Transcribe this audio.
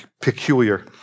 peculiar